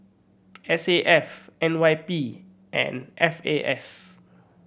S A F N Y P and F A S